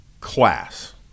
Class